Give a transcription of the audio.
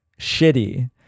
shitty